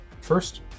first